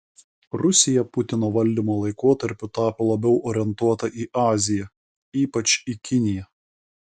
rusija putino valdymo laikotarpiu tapo labiau orientuota į aziją ypač į kiniją